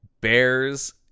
bears